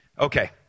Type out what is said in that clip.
Okay